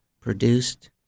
produced